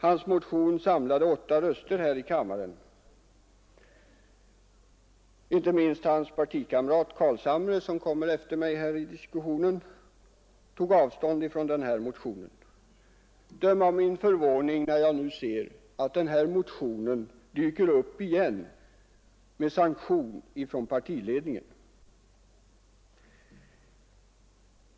Den motionen samlade åtta röster här i kammaren. Inte minst hans partikamrat herr Carlshamre, som kommer efter mig i denna diskussion, tog avstånd från motionen. Döm därför om min förvåning, när jag nu ser att denna motion dyker upp igen — med sanktion från partiledningen!